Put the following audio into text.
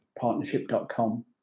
partnership.com